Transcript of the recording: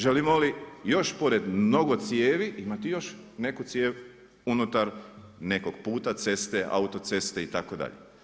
Želimo li još pored mnogo cijevi imati još neku cijev unutar nekog puta, ceste, autoceste itd.